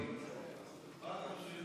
זה בדיוק מה שיהיה.